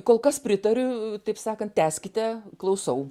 kol kas pritariu taip sakant tęskite klausau